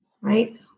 Right